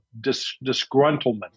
disgruntlement